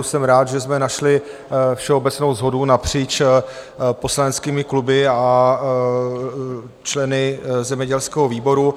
Jsem rád, že jsme našli všeobecnou shodu napříč poslaneckými kluby a členy zemědělského výboru.